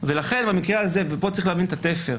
ולכן במקרה הזה, ופה צריך להבין את התפר.